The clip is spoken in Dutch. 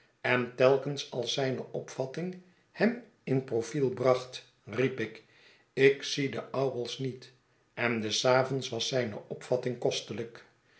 en telkens als zijne opvatting hem in profiel bracht riep ik ik zie de ouwels niet en des avonds was zijne opvatting kostelijk